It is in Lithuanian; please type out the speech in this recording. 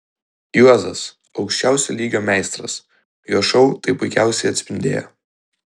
juozas aukščiausio lygio meistras jo šou tai puikiausiai atspindėjo